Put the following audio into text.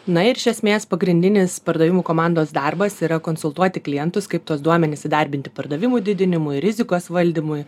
na ir iš esmės pagrindinis pardavimų komandos darbas yra konsultuoti klientus kaip tuos duomenis įdarbinti pardavimų didinimui rizikos valdymui